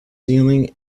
ceiling